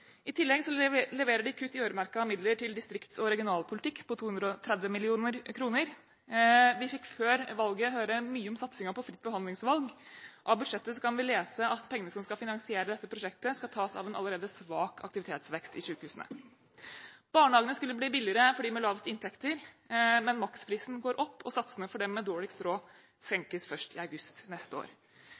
leverer de kutt i øremerkede midler til distrikts- og regionalpolitikk på 230 mill. kr. Vi fikk før valget høre mye om satsingen på fritt behandlingsvalg. Av budsjettet kan vi lese at pengene som skal finansiere dette prosjektet, skal tas av en allerede svak aktivitetsvekst i sykehusene. Barnehagene skulle bli billigere for dem med lavest inntekter, men maksprisen går opp, og satsene for dem med dårligst råd senkes først i august neste år.